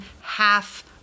half